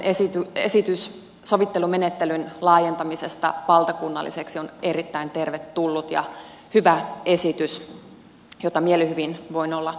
hallituksen esitys sovittelumenettelyn laajentamisesta valtakunnalliseksi on erittäin tervetullut ja hyvä esitys jota mielihyvin voin olla tukemassa